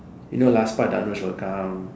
you know last part Dhanush would come